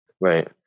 right